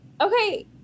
Okay